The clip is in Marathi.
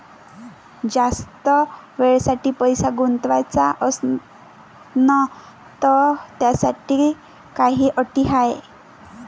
जास्त वेळेसाठी पैसा गुंतवाचा असनं त त्याच्यासाठी काही अटी हाय?